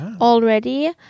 already